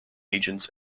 agents